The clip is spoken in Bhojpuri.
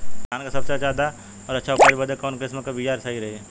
धान क सबसे ज्यादा और अच्छा उपज बदे कवन किसीम क बिया सही रही?